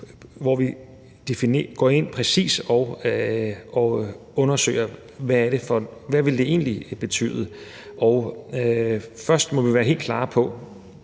så vi går ind og præcist undersøger, hvad det egentlig ville betyde. Først må vi være helt klare på,